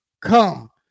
Come